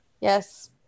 Yes